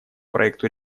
проекту